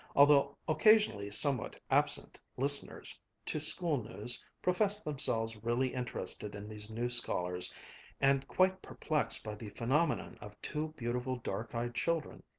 although occasionally somewhat absent, listeners to school news, professed themselves really interested in these new scholars and quite perplexed by the phenomenon of two beautiful dark-eyed children,